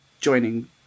joining